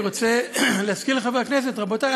אני רוצה להזכיר לחברי הכנסת: רבותי,